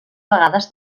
vegades